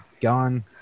gone